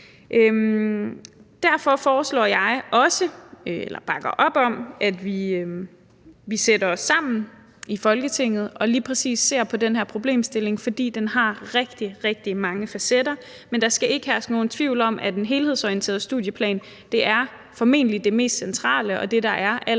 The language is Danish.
Derfor bakker jeg også op om, at vi sætter os sammen i Folketinget og lige præcis ser på den her problemstilling. For den har rigtig, rigtig mange facetter. Men der skal ikke herske nogen tvivl om, at en helhedsorienteret studieplan er det mest centrale og det, der er allermest